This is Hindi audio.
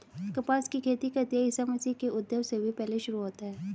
कपास की खेती का इतिहास ईसा मसीह के उद्भव से भी पहले शुरू होता है